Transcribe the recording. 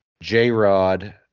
J-Rod